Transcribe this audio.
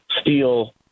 steel